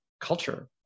culture